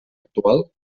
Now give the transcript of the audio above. actual